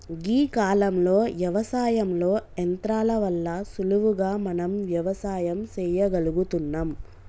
గీ కాలంలో యవసాయంలో యంత్రాల వల్ల సులువుగా మనం వ్యవసాయం సెయ్యగలుగుతున్నం